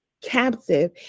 captive